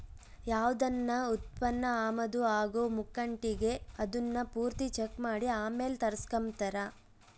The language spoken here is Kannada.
ಯಾವ್ದನ ಉತ್ಪನ್ನ ಆಮದು ಆಗೋ ಮುಂಕಟಿಗೆ ಅದುನ್ನ ಪೂರ್ತಿ ಚೆಕ್ ಮಾಡಿ ಆಮೇಲ್ ತರಿಸ್ಕೆಂಬ್ತಾರ